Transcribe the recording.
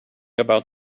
about